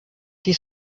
die